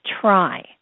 try